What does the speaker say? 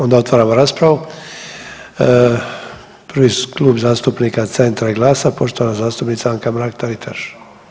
Onda otvaram raspravu, prvi Klub zastupnika Centra i GLAS-a, poštovana zastupnica Anka-Mrak Taritaš.